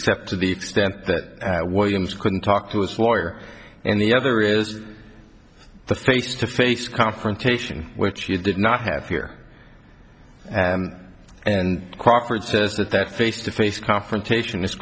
except to the extent that williams couldn't talk to his lawyer and the other is the face to face confrontation which he did not have here and and crawford says that that face to face confrontation